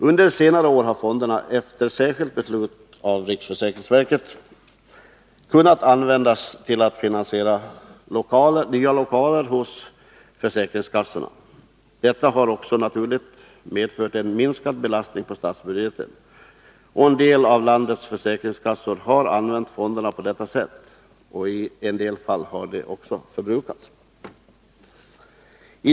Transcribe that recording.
Under senare år har fonderna efter särskilt beslut av riksförsäkringsverket kunnat användas till att bl.a. finansiera nya lokaler hos försäkringskassorna. Detta har helt naturligt medfört en minskad belastning på statsbudgeten. Flera av landets försäkringskassor har använt medel ur fonderna på detta sätt, och i en del fall har dessa medel helt tagits i anspråk.